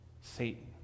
Satan